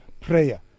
prayer